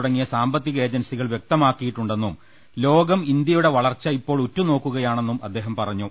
തുടങ്ങിയ സാമ്പത്തിക ഏജൻസി കൾ വ്യക്തമാക്കിയിട്ടുണ്ടെന്നും ലോകം ഇന്ത്യയുടെ വളർച്ച ഇപ്പോൾ ഉറ്റുനോക്കു കയാണെന്നും അദ്ദേഹം പറഞ്ഞു